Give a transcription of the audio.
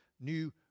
new